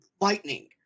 lightning